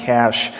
Cash